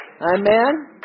Amen